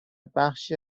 بخشی